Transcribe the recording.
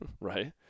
right